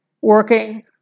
working